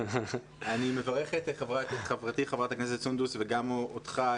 אני מברך את חברתי חברת הכנסת סונדוס וגם אותך,